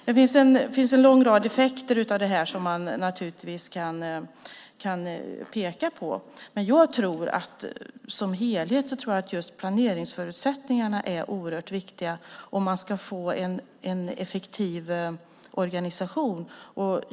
Det går naturligtvis att peka på en lång rad effekter av det här. Men som helhet tror jag att just planeringsförutsättningarna är oerhört viktiga för att få en effektiv organisation.